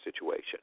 situation